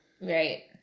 right